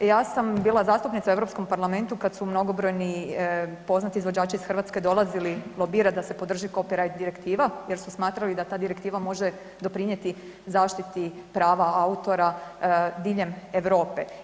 Ja sam bila zastupnica u Europskom parlamentu kada su mnogobrojni poznati izvođači iz Hrvatske dolazili lobirati da se podrži Copyright direktiva jer su smatrali da ta direktiva može doprinijeti zaštiti prava autora diljem Europe.